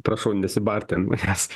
prašau nesibarti ant manęs